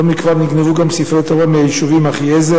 לא מכבר נגנבו ספרי תורה מהיישובים אחיעזר,